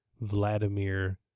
Vladimir